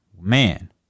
Man